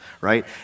right